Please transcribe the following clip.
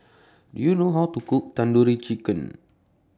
Do YOU know How to Cook Tandoori Chicken